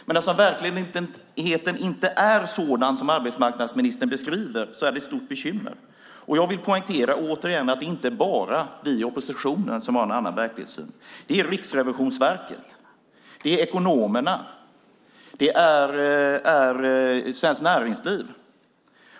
Men eftersom verkligheten inte är sådan som arbetsmarknadsministern beskriver är det ett stort bekymmer. Jag vill återigen poängtera att det inte bara är vi i oppositionen som har en annan verklighetssyn. Det är Riksrevisionen. Det är ekonomerna. Det är Svenskt Näringsliv.